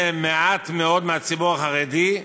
זה מעט מאוד מהציבור החרדי.